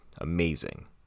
amazing